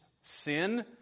sin